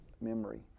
memory